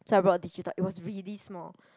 so I brought a digital it was really small